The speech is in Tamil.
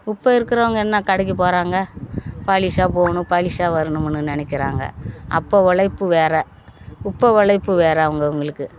இப்போ இருக்கிறவங்க என்ன கடைக்கு போகிறாங்க பாலிஷாக போகணும் பாலிஷாக வரணும்னு நினைக்கிறாங்க அப்போ உழைப்பு வேற இப்போ உழைப்பு வேற அவங்க அவங்களுக்கு